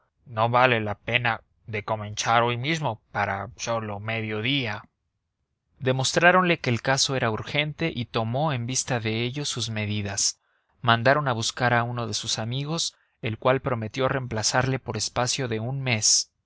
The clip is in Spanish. no vale la pena de comenzar hoy mismo para sólo medio día demostráronle que el caso era urgente y tomó en vista de ello sus medidas mandaron a buscar a uno de sus amigos el cual prometió reemplazarle por espacio de un mes